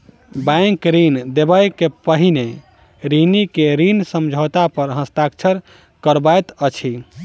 bank ऋण देबअ के पहिने ऋणी के ऋण समझौता पर हस्ताक्षर करबैत अछि